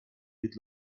mit